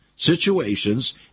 Situations